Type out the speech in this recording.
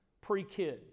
pre-kid